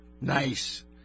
Nice